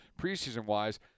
preseason-wise